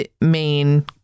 main